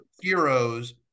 heroes